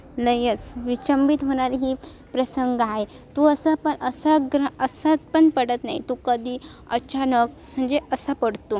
नयस विचंबित होणारी ही प्रसंग आहे तो असा प असा ग्र असा पण पडत नाही तो कधी अचानक म्हणजे असा पडतो